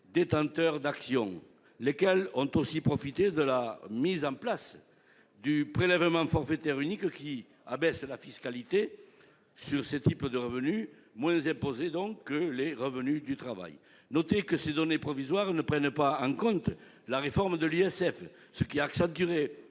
détenteurs d'actions. Ces ménages ont aussi bénéficié de la mise en place du prélèvement forfaitaire unique, qui abaisse la fiscalité sur ce type de revenus, moins imposés que les revenus du travail. Il est à noter que ces données provisoires ne prennent pas en compte la réforme de l'impôt de solidarité